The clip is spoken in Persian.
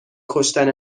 کشتن